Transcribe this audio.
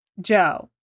Joe